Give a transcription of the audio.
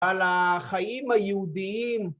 על החיים היהודיים.